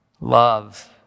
Love